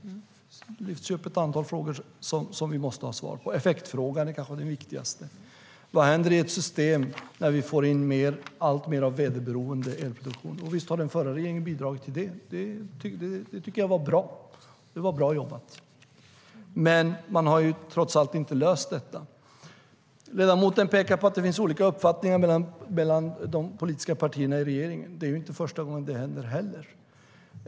Det lyfts upp ett antal frågor som vi måste ha svar på. Effektfrågan är kanske den viktigaste. Och vad händer i ett system när vi får in alltmer av väderberoende elproduktion? Visst har den förra regeringen bidragit, och det tycker jag var bra jobbat. Men man har trots allt inte löst detta. Ledamoten pekar på att det finns olika uppfattningar mellan de politiska partierna i regeringen. Men det är inte första gången det händer heller.